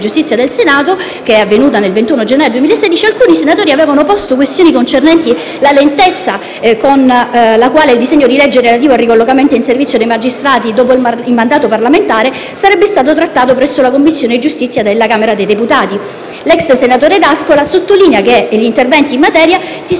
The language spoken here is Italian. Senato, avvenuta il 21 gennaio 2016, alcuni senatori avevano posto questioni concernenti la lentezza con la quale il disegno di legge relativo al ricollocamento in servizio dei magistrati dopo il mandato parlamentare sarebbe stato trattato presso la Commissione giustizia della Camera dei deputati. L'ex senatore D'Ascola sottolinea che gli interventi in materia si sono poi